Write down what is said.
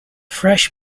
fresh